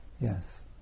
Yes